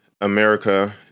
America